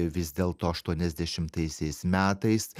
vis dėlto aštuoniasdešimaisiais metais